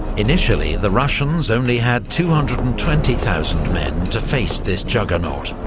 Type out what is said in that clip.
initially the russians only had two hundred and twenty thousand men to face this juggernaut,